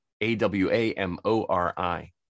A-W-A-M-O-R-I